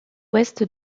ouest